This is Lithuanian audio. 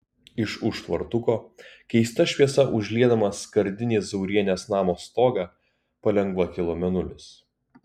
iš už tvartuko keista šviesa užliedamas skardinį zaurienės namo stogą palengva kilo mėnulis